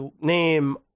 name